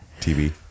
tv